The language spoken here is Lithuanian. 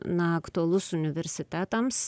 na aktualus universitetams